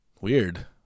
Weird